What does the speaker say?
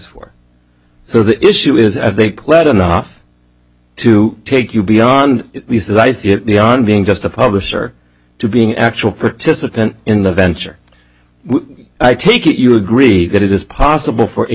for so the issue is if they pledge enough to take you beyond the on being just a publisher to being actual participant in the venture i take it you agree that it is possible for a